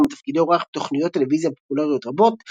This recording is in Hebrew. גם בתפקידי אורח בתוכניות טלוויזיה פופולריות רבות,